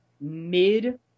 mid